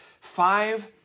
five